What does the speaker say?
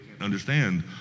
understand